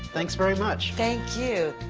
thanks very much. thank you.